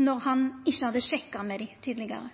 når han ikkje hadde sjekka med dei tidlegare?